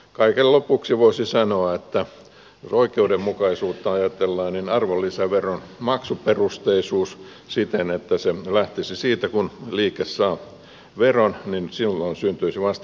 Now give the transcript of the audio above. kaiken lopuksi voisi sanoa että jos oikeudenmukaisuutta ajatellaan niin arvonlisäveron tulisi olla maksuperusteinen siten että se lähtisi siitä että kun liike saa veron niin silloin syntyisi vasta maksuvelvollisuus